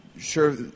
Sure